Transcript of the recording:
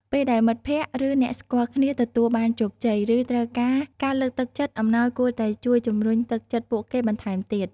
ពេលដែលមិត្តភក្តិ ឬអ្នកស្គាល់គ្នាទទួលបានជោគជ័យ ឬត្រូវការការលើកទឹកចិត្ត អំណោយគួរតែជួយជំរុញទឹកចិត្តពួកគេបន្ថែមទៀត។